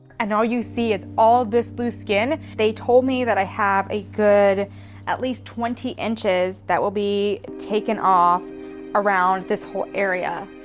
and all you see is all this loose skin, they told me that i have a good at least twenty inches that will be taken off around this whole area.